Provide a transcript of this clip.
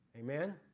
Amen